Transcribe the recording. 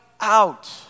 out